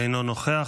נוכח.